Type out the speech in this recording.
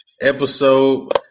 episode